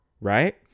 right